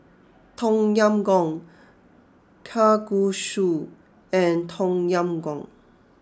Tom Yam Goong Kalguksu and Tom Yam Goong